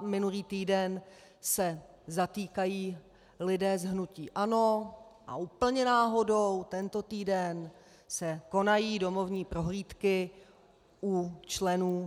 minulý týden se zatýkají lidé z hnutí ANO a úplně náhodou tento týden se konají domovní prohlídky u členů ČSSD.